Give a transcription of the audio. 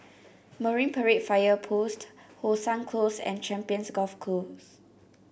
Marine Parade Fire Post How Sun Close and Champions Golf Course